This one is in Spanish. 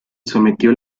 sometió